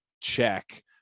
check